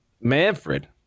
Manfred